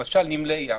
למשל נמלי ים,